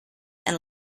and